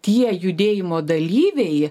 tie judėjimo dalyviai